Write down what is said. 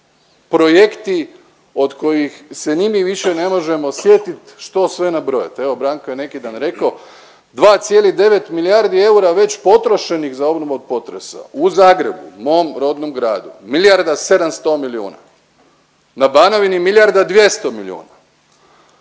projekti od kojih se ni mi više ne možemo sjetit što sve nabrojat. Evo Branko je neki dan rekao 2,9 milijardi eura već potrošenih za obranu od potresa u Zagrebu mom rodnom gradu, milijarda 700 milijuna, na Banovini milijarda 200 milijuna.